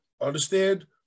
understand